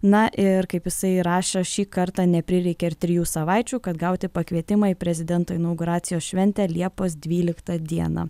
na ir kaip jisai rašė šį kartą neprireikė ir trijų savaičių kad gauti pakvietimą į prezidento inauguracijos šventę liepos dvyliktą dieną